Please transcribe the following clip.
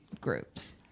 groups